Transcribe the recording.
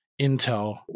intel